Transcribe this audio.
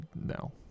no